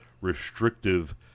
restrictive